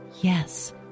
yes